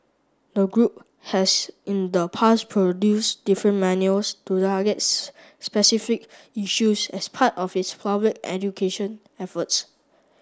the group has in the past produce different manuals to targets specific issues as part of its public education efforts